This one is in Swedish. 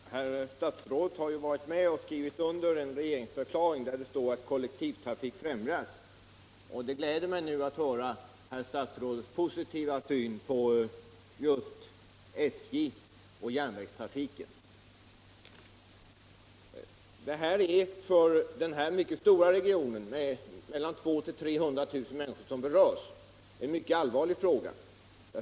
Herr talman! Herr statsrådet har varit med och skrivit under en regeringsförklaring där det står att kollektivtrafiken skall främjas. Det gläder mig nu att höra att herr statsrådet har en så positiv syn på SJ och järnvägstrafiken. För den här mycket stora regionen med mellan 200 000 och 300 000 människor är kollektivtrafiken en mycket allvarlig fråga.